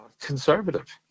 conservative